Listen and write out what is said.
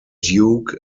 duke